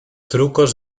trucos